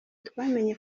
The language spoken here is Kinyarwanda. twamenye